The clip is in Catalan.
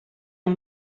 amb